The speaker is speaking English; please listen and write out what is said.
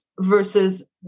versus